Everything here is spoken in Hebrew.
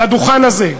על הדוכן הזה,